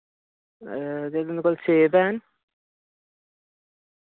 ते तुं'दे कोल सेब हैन